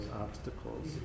obstacles